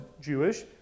Jewish